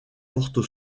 porte